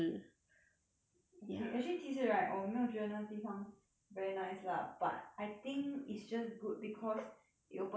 okay actually 其实 right 我没有觉得那个地方 very nice lah but I think is just good because it opens until very very late